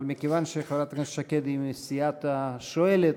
אבל מכיוון שחברת הכנסת שקד היא מסיעת השואלת,